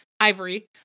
ivory